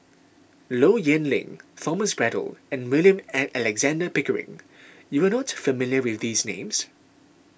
Low Yen Ling Thomas Braddell and William an Alexander Pickering you are not familiar with these names